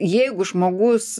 jeigu žmogus